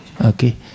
okay